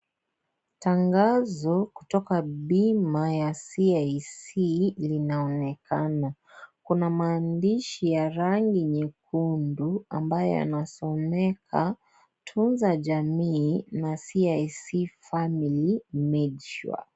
Tangazo kutoka CIC linaonekana kuna maandishi ya rangi nyekundu ambayo yanayosomeka tunza jamii na CIC Family medisure